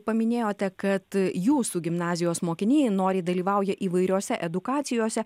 paminėjote kad jūsų gimnazijos mokiniai noriai dalyvauja įvairiose edukacijose